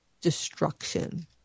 destruction